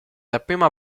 dapprima